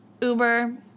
Uber